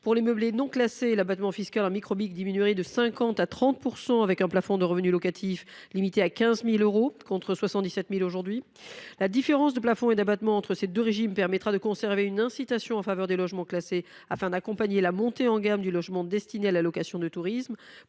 Pour les meublés non classés, l’abattement fiscal en micro BIC diminuerait de 50 % à 30 %, avec un plafond de revenu locatif limité à 15 000 euros, contre 77 000 euros aujourd’hui. La différence de plafond et d’abattement entre ces deux régimes permettrait de conserver une incitation en faveur des logements classés, afin d’accompagner la montée en gamme du logement destiné à la location de tourisme.